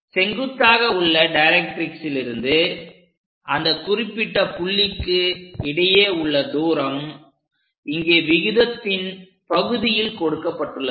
செங்குத்தாக உள்ள டைரக்ட்ரிக்ஸ்லிருந்து அந்த குறிப்பிட்ட புள்ளிக்கு இடையே உள்ள தூரம் இங்கே விகிதத்தின் பகுதியில் கொடுக்கப்பட்டுள்ளது